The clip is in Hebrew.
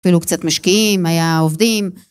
אפילו קצת משקיעים, היה עובדים.